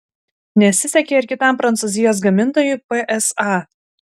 nesisekė ir kitam prancūzijos gamintojui psa